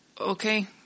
okay